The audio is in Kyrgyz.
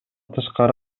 тышкары